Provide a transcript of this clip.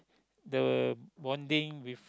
the bonding with